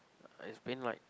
I've been like